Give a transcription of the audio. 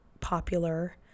popular